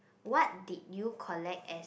what did you collect as